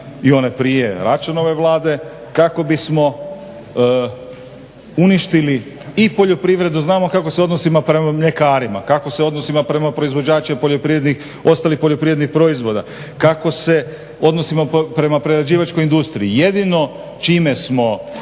i one prije Račanove Vlade kako bismo uništili i poljoprivredu, znamo kako se odnosimo prema mljekarima, kako se odnosimo prema proizvođačima ostalih poljoprivrednih proizvoda, kako se odnosimo prema prerađivačkoj industriji. Jedino čime smo